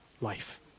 life